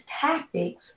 tactics